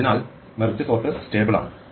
അതിനാൽ merge sort stable ആണ്